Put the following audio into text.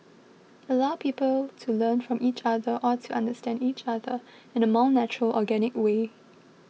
allow people to learn from each other or to understand each other in a more natural organic way